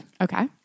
Okay